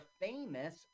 famous